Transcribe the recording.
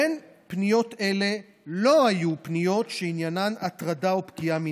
בין פניות אלה לא היו פניות שעניינן הטרדה או פגיעה מינית.